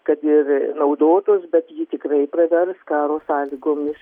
kad ir naudotos bet ji tikrai pravers karo sąlygomis